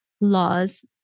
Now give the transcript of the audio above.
laws